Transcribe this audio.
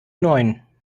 neun